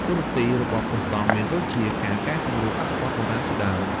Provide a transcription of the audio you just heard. តួនាទីរបស់ព្រះសង្ឃមានដូចជា ការកែសម្រួលអត្ថបទបុរាណជាដើម។